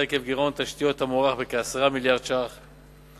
עקב גירעון תשתיות המוערך בכ-10 מיליארדי שקלים.